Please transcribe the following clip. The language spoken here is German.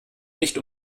nicht